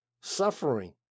suffering